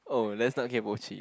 oh that's not kaypoh chee